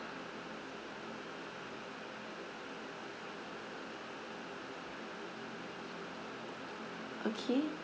okay